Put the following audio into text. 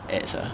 ads ah